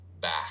back